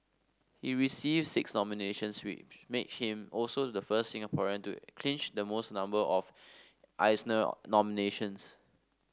he received six nominations which made him also the first Singaporean to clinch the most number of Eisner nominations